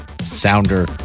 sounder